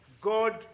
God